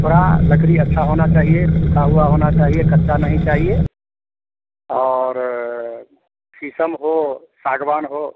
थोड़ा लकड़ी अच्छा होना चाहिए सूखा हुआ होना चाहिए कच्चा नहीं चाहिए और शीशम हो सागवान हो